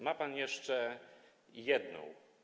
Ma pan jeszcze jedną.